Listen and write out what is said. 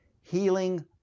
healing